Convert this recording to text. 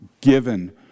given